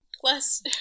Plus